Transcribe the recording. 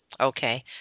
Okay